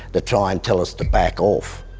to try and tell us to back off.